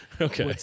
okay